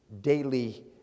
daily